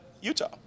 Utah